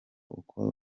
uko